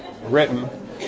written